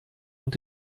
und